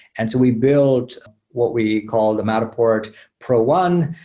and so we built what we call the matterport pro one,